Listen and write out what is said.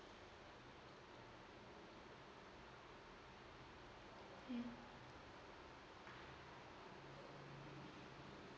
mm